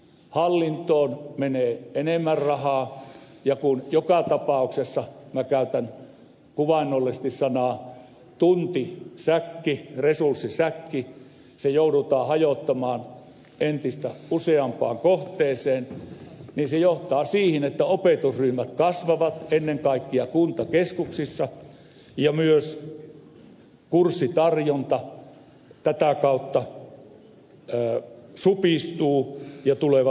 hallintoon menee enemmän rahaa ja kun joka tapauksessa minä käytän kuvaannollisesti sanaa tuntisäkki resurssisäkki joudutaan hajottamaan entistä useampaan kohteeseen niin se johtaa siihen että opetusryhmät kasvavat ennen kaikkea kuntakeskuksissa ja myös kurssitarjonta tätä kautta supistuu ja tulevat suuremmat opetusryhmät